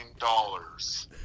dollars